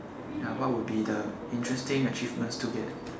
ya what would be the interesting achievements to get